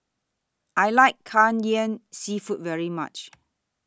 I like Kai Ian Seafood very much